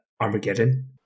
Armageddon